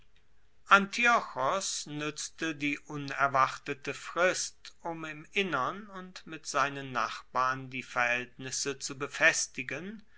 nuetzte die unerwartete frist um im innern und mit seinen nachbarn die verhaeltnisse zu befestigen